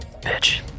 Bitch